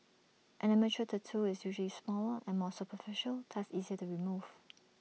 an amateur tattoo is usually smaller and more superficial thus easier to remove